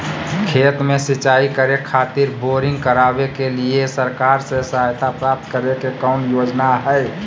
खेत में सिंचाई करे खातिर बोरिंग करावे के लिए सरकार से सहायता प्राप्त करें के कौन योजना हय?